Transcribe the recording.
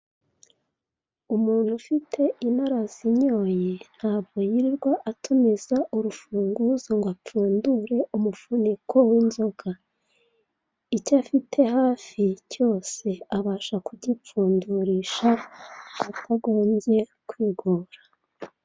Umuntu ufite inarazinyoye, ntabwo yirirwa atumiza urufunguzo ngo apfundure umufuniko w'inzoga, icyo afite hafi cyose abasha kugipfundurisha atagombye kwigora.